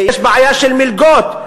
יש בעיה של מלגות.